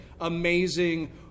amazing